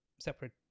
separate